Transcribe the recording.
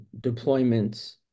deployments